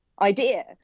idea